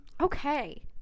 Okay